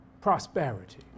Prosperity